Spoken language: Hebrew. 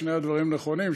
שני הדברים נכונים,